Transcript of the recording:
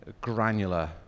granular